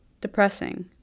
depressing